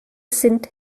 sind